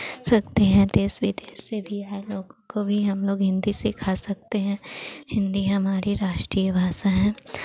सकते हैं देश विदेश से भी आए लोगों को भी हम लोग हिन्दी सिखा सकते हैं हिन्दी हमाड़ी राष्ट्रीय भाषा है